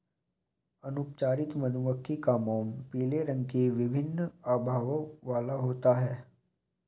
अनुपचारित मधुमक्खी का मोम पीले रंग की विभिन्न आभाओं वाला हो जाता है